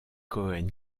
cohen